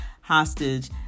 hostage